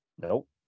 Nope